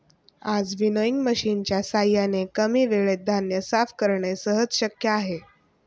आज विनोइंग मशिनच्या साहाय्याने कमी वेळेत धान्य साफ करणे सहज शक्य आहे